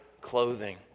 clothing